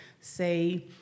say